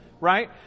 right